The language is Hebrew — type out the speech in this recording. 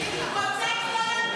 אמת.